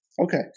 Okay